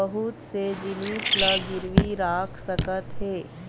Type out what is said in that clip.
बहुत से जिनिस ल गिरवी राख सकत हे